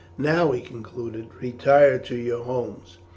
now, he concluded, retire to your homes.